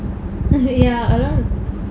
ya